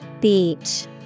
Beach